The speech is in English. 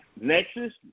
Nexus